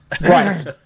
right